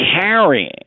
carrying